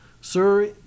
Sir